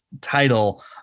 title